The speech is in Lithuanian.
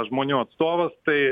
žmonių atstovas tai